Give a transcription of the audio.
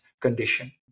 condition